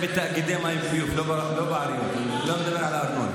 בתוך העיריות יש, ברשויות עצמן.